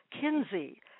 Kinsey